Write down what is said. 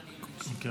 כן,